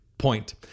point